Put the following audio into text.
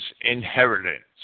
inheritance